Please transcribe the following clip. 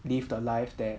live the life that